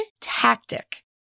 tactic